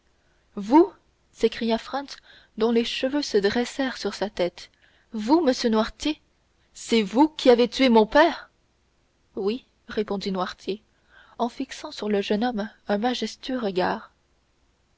vous s'écria franz dont les cheveux se dressèrent sur sa tête vous monsieur noirtier c'est vous qui avez tué mon père oui répondit noirtier en fixant sur le jeune homme un majestueux regard